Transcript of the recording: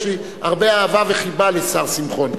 יש לי הרבה אהבה וחיבה לשר שמחון,